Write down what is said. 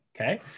Okay